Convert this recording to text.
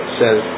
says